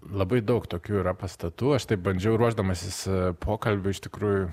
labai daug tokių yra pastatų aš taip bandžiau ruošdamasis pokalbiui iš tikrųjų